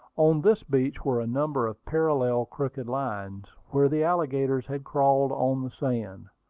on this beach were a number of parallel crooked lines, where the alligators had crawled on the sand.